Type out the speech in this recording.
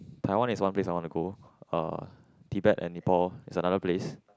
Taiwan is one place I want to go uh Tibet and Nepal is another place